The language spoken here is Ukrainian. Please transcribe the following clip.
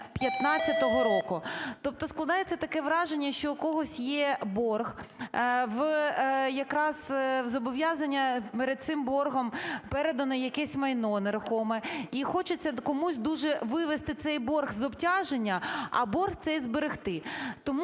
15-го року. Тобто складається таке враження, що у когось є борг, якраз в зобов'язання перед цим боргом передано якесь майно нерухоме, і хочеться комусь дуже вивести цей борг з обтяження, а борг цей зберегти. Тому,